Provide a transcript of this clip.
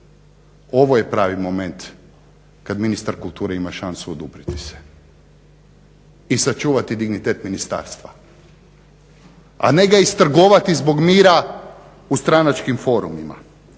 Ovo je pravi moment kada ministar kulture ima šansu oduprijeti se i sačuvati dignitet ministarstva. A ne ga istrgovati zbog mira u stranačkim forumima.